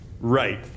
Right